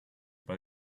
but